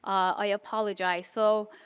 i apologize. so,